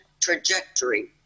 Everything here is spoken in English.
trajectory